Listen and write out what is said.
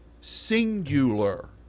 singular